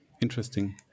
Interesting